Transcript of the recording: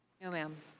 no man.